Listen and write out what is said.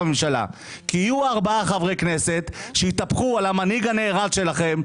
הממשלה - כי יהיו ארבעה חברי כנסת שיתהפכו על המנהיג הנערץ שלכם,